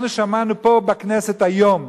אנחנו שמענו פה בכנסת, היום,